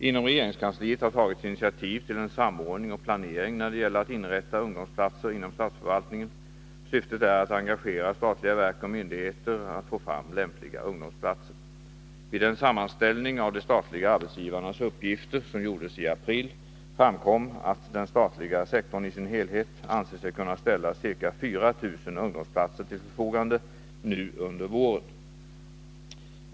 Inom regeringskansliet har tagits initiativ till en samordning och planering när det gäller att inrätta ungdomsplatser inom statsförvaltningen. Syftet är att engagera statliga verk och myndigheter att få fram lämpliga ungdomsplatser. Vid den sammanställning av de statliga arbetsgivarnas uppgifter, som gjordes i april, framkom att den statliga sektorn i sin helhet anser sig kunna ställa ca 4 000 ungdomsplatser till förfogande nu under våren.